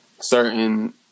certain